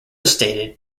stated